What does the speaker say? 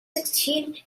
sixteen